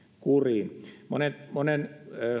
kuriin monen monen